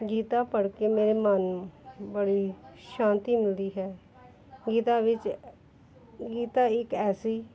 ਗੀਤਾ ਪੜ੍ਹ ਕੇ ਮੇਰੇ ਮਨ ਨੂੰ ਬੜੀ ਸ਼ਾਂਤੀ ਮਿਲਦੀ ਹੈ ਗੀਤਾ ਵਿੱਚ ਗੀਤਾ ਇੱਕ ਐਸੀ